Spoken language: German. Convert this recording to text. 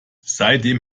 seitdem